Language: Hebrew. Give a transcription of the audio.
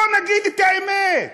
בואו נגיד את האמת.